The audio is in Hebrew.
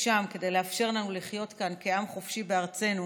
נפשם כדי לאפשר לנו לחיות כאן כעם חופשי בארצנו,